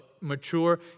mature